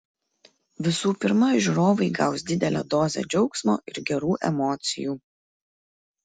visų pirma žiūrovai gaus didelę dozę džiaugsmo ir gerų emocijų